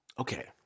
Okay